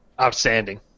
outstanding